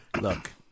Look